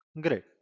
Great